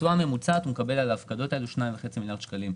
כתשואה ממוצעת הוא מקבל על ההפקדות האלו 2.5 מיליארד שקלים.